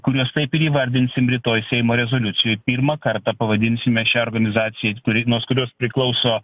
kuriuos taip ir įvardinsim rytoj seimo rezoliucijoj pirmą kartą pavadinsime šią organizaciją turi nuos kurios priklauso